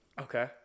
Okay